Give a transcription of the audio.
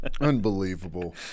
Unbelievable